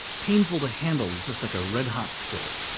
painful to handle, just like a red-hot skillet.